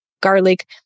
garlic